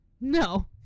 No